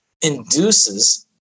induces